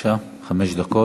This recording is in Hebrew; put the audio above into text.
בבקשה, חמש דקות.